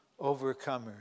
overcomers